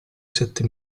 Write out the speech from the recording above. sette